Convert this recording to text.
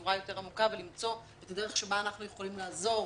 בצורה יותר עמוקה ולמצוא דרך שבה אנחנו יכולים לעזור